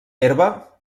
herba